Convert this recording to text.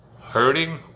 hurting